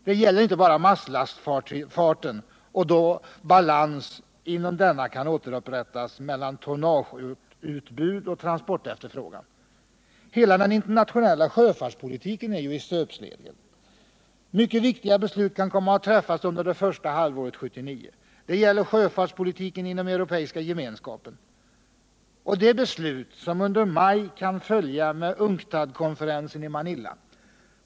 Det gäller inte bara masslastfarten och då balans inom denna kan återupprättas mellan tonnageutbud och transportefterfrågan. Hela den internationella sjöfartspolitiken är ju i stöpsleven. Mycket viktiga beslut kan komma att träffas under första halvåret 1979. Det gäller sjöfartspolitiken inom Europeiska gemenskapen och de beslut som under maj kan följa med UNCTAD konferensen i Manila.